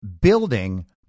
building